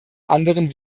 anderen